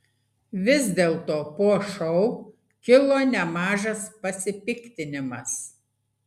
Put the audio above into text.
vis dėlto po šou kilo nemažas pasipiktinimas